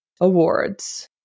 awards